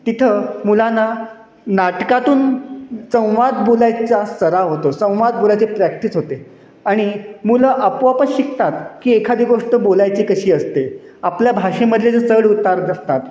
तिथं मुलांना नाटकातून संवाद बोलायचा सराव होतो संवाद बोलायची प्रॅक्टिस होते आणि मुलं आपोआपच शिकतात की एखादी गोष्ट बोलायची कशी असते आपल्या भाषेमधले जे चढउतार असतात